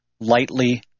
lightly